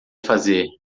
fazer